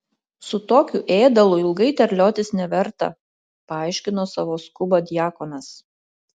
su tokiu ėdalu ilgai terliotis neverta paaiškino savo skubą diakonas